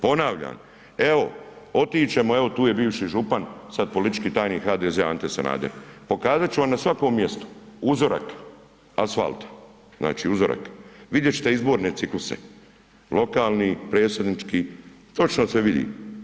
Ponavljam, evo otić ćemo, evo je bivši župan, sad politički tajnik HDZ-a Ante Sanader, pokazat ću vam na svakom mjestu uzorak asfalta, znači uzorak, vidjet ćete izborne cikluse, lokalni, predsjednički, točno se vidi.